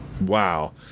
Wow